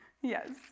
Yes